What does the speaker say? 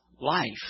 life